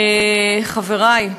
חברי,